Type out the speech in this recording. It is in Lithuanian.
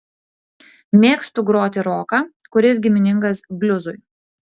mėgstu groti roką kuris giminingas bliuzui